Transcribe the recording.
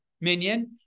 minion